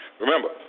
Remember